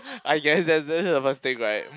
I guess that's that's the first thing right